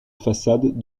façade